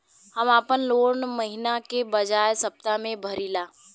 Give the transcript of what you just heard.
हम आपन लोन महिना के बजाय सप्ताह में भरीला